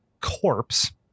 corpse